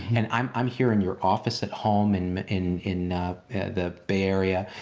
and i'm i'm here in your office at home and in in the bay area,